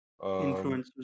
Influencers